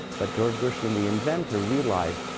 but george gershwin, the inventor, realized,